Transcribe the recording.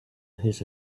his